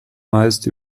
meist